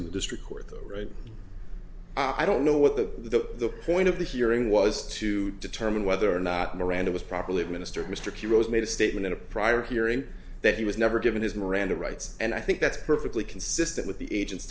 in the district court right i don't know what the the point of the hearing was to determine whether or not miranda was properly administered mr q rose made a statement in a prior hearing that he was never given his miranda rights and i think that's perfectly consistent with the agent